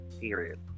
period